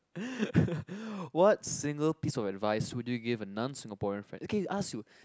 what single piece of advice would you give a non Singaporean friend okay ask you